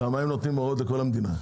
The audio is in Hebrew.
כי הם נותנים הוראות לכל המדינה.